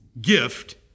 gift